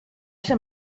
ser